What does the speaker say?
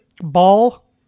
Ball